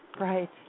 Right